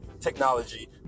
technology